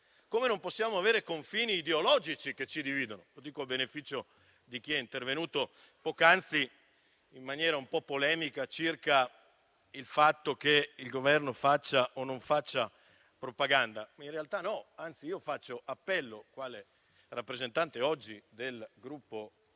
anzi, non possiamo avere confini ideologici che ci dividono. Dico questo a beneficio di chi è intervenuto poc'anzi, in maniera un po' polemica, circa il fatto che il Governo faccia o non faccia propaganda. In realtà, quale rappresentante del Gruppo